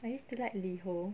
I used to like liho